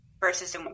versus